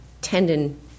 tendon